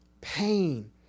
pain